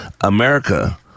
America